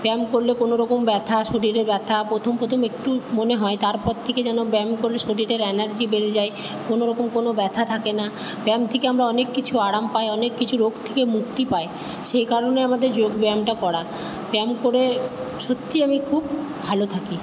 ব্যায়াম করলে কোনো রকম ব্যথা শরীরে ব্যথা প্রথম প্রথম একটু মনে হয় তারপর থেকে যেন ব্যায়াম করলে শরীরের এনার্জি বেড়ে যায় কোনো রকম কোনো ব্যথা থাকে না ব্যয়াম থেকে আমরা অনেক কিছু আরাম পাই অনেক কিছু রোগ থেকে মুক্তি পাই সেই কারণে আমাদের যোগ ব্যায়ামটা করা ব্যায়াম করে সত্যিই আমি খুব ভালো থাকি